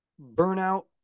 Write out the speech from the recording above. burnout